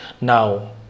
Now